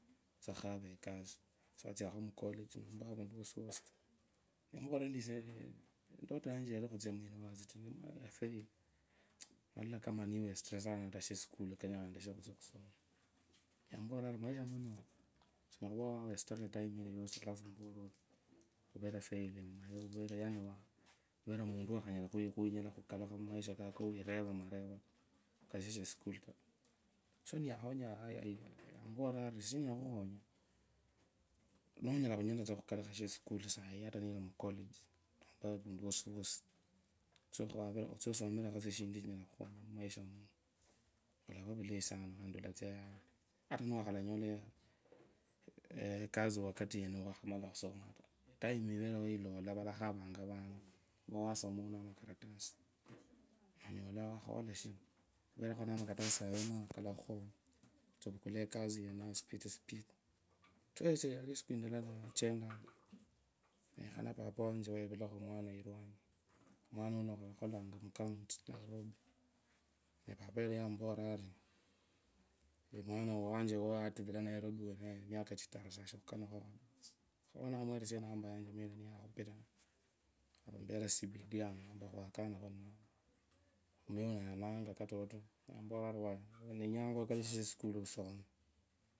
Khutsia khukava ekasi siwa tsakho mucollage nomba avandu wosiwosi taa ndakhuvurere endi esiee ndoto yanje yari khutsia mu university lwandafailya ndalola kama niwastee sana shesukule kenyakhanenga endashee khutsa khusoma niyampurira ari mumaisha munu sonyala khuva wastikho etime alafu umpurire ori uvere failure. Niyampuriro ari nunyula khuyama khukalikha shasukula otsie osumirekho shindu shusishusi otaniyiva collage vulava mulayi sana mani ulanza yalee olanyola. Enyala khuchenda nekhanepapa wanje wayevulahi omwana wanyi omwana wuno akholanga mu county nairobi ne papa yari yayemporea ari mwana wanje watuvire nairobi weneyo miaka chitarra ashiri khuklukhalo taco no muyu uno yananga katoto nyamborira ori yaa ndenyanga okulushe shesukulu osomee.